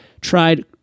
tried